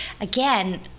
again